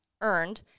earned